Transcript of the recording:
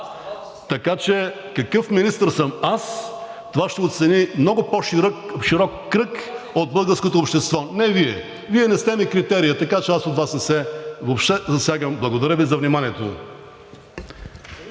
Така че какъв министър съм аз, това ще оцени много по-широк кръг от българското общество – не Вие. Вие не сте ми критерият, така че аз от Вас въобще не се засягам. Благодаря Ви за вниманието.